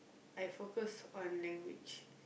I focus on language